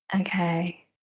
Okay